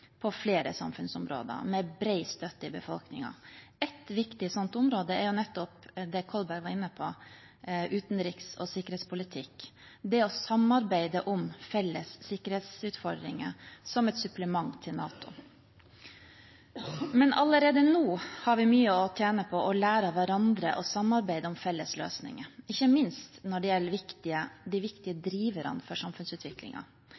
på flere samfunnsområder og med bred støtte i befolkningen. Et viktig område er nettopp det Kolberg var inne på, utenriks- og sikkerhetspolitikk, ved å samarbeide om felles sikkerhetsutfordringer som et supplement til NATO. Allerede nå har vi mye å tjene på å lære av hverandre og samarbeide om felles løsninger, ikke minst når det gjelder de viktige